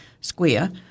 square